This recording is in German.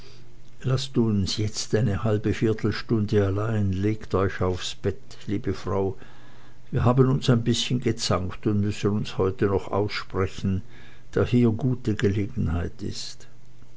laßt uns jetzt eine viertelstunde allein legt euch aufs bett liebe frau wir haben uns ein bißchen gezankt und müssen uns heute noch aussprechen da hier gute gelegenheit ist